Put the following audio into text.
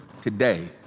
today